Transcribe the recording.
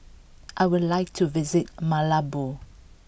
I would like to visit Malabo